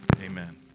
amen